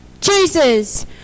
Jesus